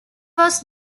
was